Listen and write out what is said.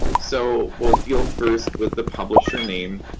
so, we'll deal first with the publisher name.